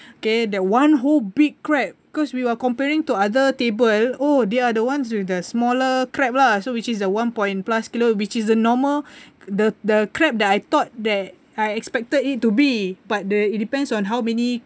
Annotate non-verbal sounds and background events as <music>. okay that one whole big crab cause we are comparing to other table oh they are the ones with the smaller crab lah so which is the one point plus kilo which is the normal <breath> the the crab that I thought that I expected it to be but the it depends on how many